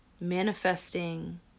manifesting